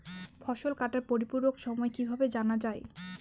ফসল কাটার পরিপূরক সময় কিভাবে জানা যায়?